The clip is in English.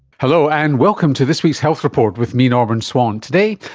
hello, and welcome to this week's health report with me, norman swan. today,